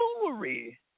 foolery